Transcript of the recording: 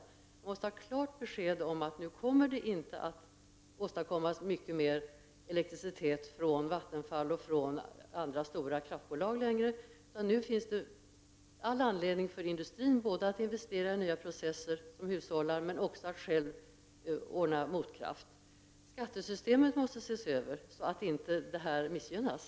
De måste ha klart besked om att Vattenfall och andra stora kraftbolag inte kommer att åstadkomma mycket mer elektricitet längre utan att det nu finns all anledning för industrin både att investera i nya processer som hushåller med energin men att också själva ordna motkraft. Skattesystemet måste också ses över så att detta inte missgynnas.